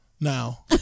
Now